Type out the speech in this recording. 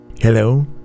Hello